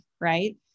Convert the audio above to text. Right